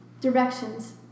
directions